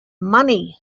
money